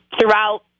throughout